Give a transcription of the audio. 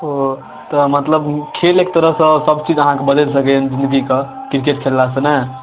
ओहो तऽ मतलब खेल एक तरहसँ सब चीज अहाँकऽ बदलि सकैया बुद्धि कऽ क्रिकेट खेललासँ नहि